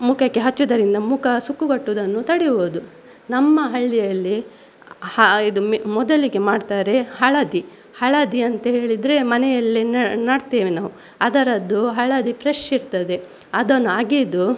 ಮುಖಕ್ಕೆ ಹಚ್ಚುವುದರಿಂದ ಮುಖ ಸುಕ್ಕುಗಟ್ಟುವುದನ್ನು ತಡೆಯುವುದು ನಮ್ಮ ಹಳ್ಳಿಯಲ್ಲಿ ಹ ಇದು ಮೊದಲಿಗೆ ಮಾಡ್ತಾರೆ ಹಳದಿ ಹಳದಿ ಅಂತ ಹೇಳಿದರೆ ಮನೆಯಲ್ಲಿ ನಡ್ತೇವೆ ನಾವು ಅದರದ್ದು ಹಳದಿ ಫ್ರೆಶ್ ಇರ್ತದೆ ಅದನ್ನು ಅಗೆದು